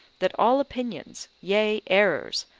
that all opinions, yea errors,